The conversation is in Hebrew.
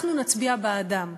אנחנו נצביע בעדם.